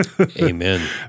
Amen